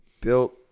built